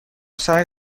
سعی